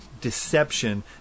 deception